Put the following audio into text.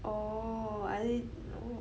oh I